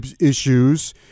issues